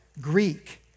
Greek